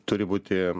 turi būti